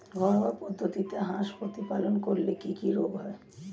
ঘরোয়া পদ্ধতিতে হাঁস প্রতিপালন করলে কি কি রোগ হয়?